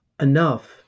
enough